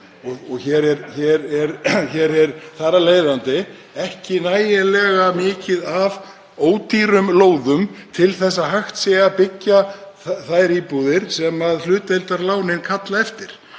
…) og þar af leiðandi ekki nægilega mikið af ódýrum lóðum til að hægt sé að byggja þær íbúðir sem hlutdeildarlánin kalla eftir.